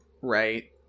right